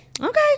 Okay